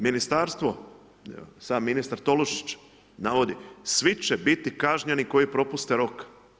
Ministarstvo, evo sam ministar Tolušić navodi svi će biti kažnjeni koji propuste rok.